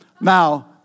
Now